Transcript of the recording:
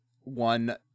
one